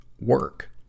work